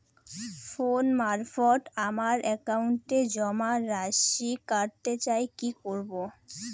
Phone মারফত আমার একাউন্টে জমা রাশি কান্তে চাই কি করবো?